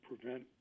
prevent